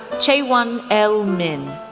chaewon l. min,